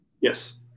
Yes